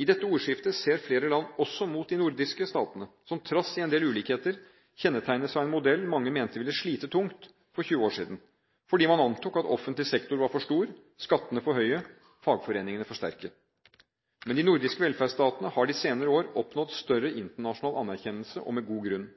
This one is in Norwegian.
I dette ordskiftet ser flere land også mot de nordiske statene, som trass i en del ulikheter kjennetegnes av en modell mange mente ville slite tungt for 20 år siden, fordi man antok at offentlig sektor var for stor, skattene for høye og fagforeningene for sterke. Men de nordiske velferdsstatene har de senere år oppnådd større internasjonal anerkjennelse – med god grunn.